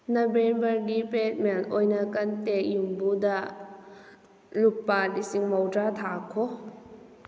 ꯅꯕꯦꯝꯕꯔꯒꯤ ꯄ꯭ꯔꯦꯠꯃꯦꯜ ꯑꯣꯏꯅ ꯀꯟꯇꯦꯛ ꯌꯨꯝꯕꯨꯗ ꯂꯨꯄꯥ ꯂꯤꯁꯤꯡ ꯃꯧꯗ꯭ꯔꯥ ꯊꯥꯈꯣ